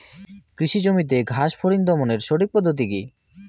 কৃষি জমিতে ঘাস ফরিঙ দমনের সঠিক পদ্ধতি কি?